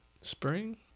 spring